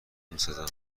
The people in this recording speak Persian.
میسازم